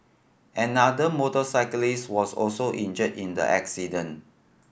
another motorcyclist was also injured in the accident